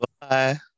Bye